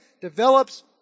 develops